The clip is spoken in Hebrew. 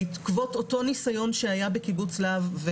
בעקבות אותו ניסיון שהיה בקיבוץ להב,